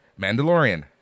Mandalorian